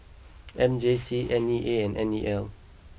M J C N E A and N E L